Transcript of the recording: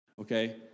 okay